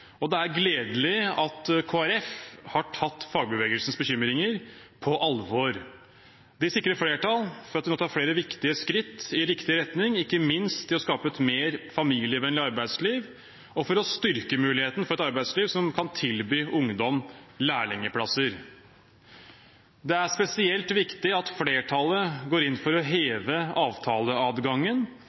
endringer. Det er gledelig at Kristelig Folkeparti har tatt fagbevegelsens bekymringer på alvor. Det sikrer flertall for at vi nå tar flere viktige skritt i riktig retning, ikke minst for å skape et mer familievennlig arbeidsliv og for å styrke muligheten for et arbeidsliv som kan tilby ungdom lærlingplasser. Det er spesielt viktig at flertallet går inn for å heve avtaleadgangen,